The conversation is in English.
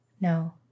No